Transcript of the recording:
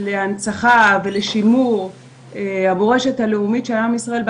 הנצחה ושימור המורשת הלאומית של עם ישראל,